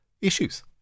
issues